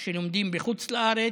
שלומדים בחוץ-לארץ,